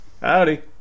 Howdy